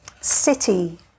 city